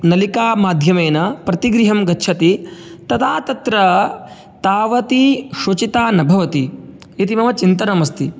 नलिकामाध्यमेन प्रतिगृहं गच्छति तदा तत्र तावती शुचिता न भवति इति मम चिन्तनमस्ति